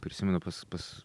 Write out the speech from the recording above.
prisimenu pas pas